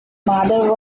mother